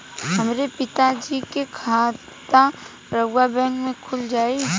हमरे पिता जी के खाता राउर बैंक में खुल जाई?